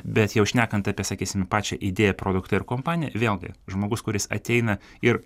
bet jau šnekant apie sakysime pačią idėją produktą ir kompaniją vėlgi žmogus kuris ateina ir